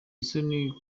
isoni